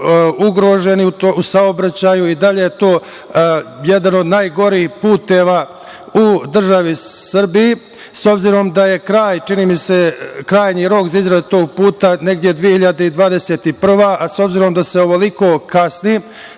ugroženi u saobraćaju i dalje je to jedan od najgorih puteva u državi Srbiji.S obzirom da je krajnji rok za izradu tog puta negde 2021. godina, a s obzirom da se ovoliko kasni